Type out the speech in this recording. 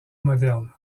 moderne